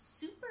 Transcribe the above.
super